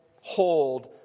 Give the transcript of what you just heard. hold